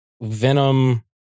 Venom